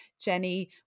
Jenny